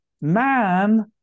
man